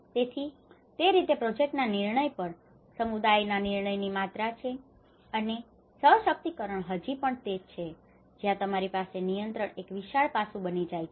તેથી તે રીતે પ્રોજેક્ટના નિર્ણય પર સમુદાયના નિયંત્રણની માત્રા છે અને સશક્તિકરણ હજી પણ તે જ છે જ્યાં તમારી પાસે આ નિયંત્રણ એક વિશાળ પાસુ બની જાય છે